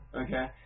okay